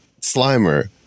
Slimer